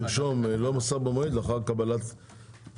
תרשום: לא מסר במועד לאחר קבלת התראה.